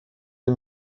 les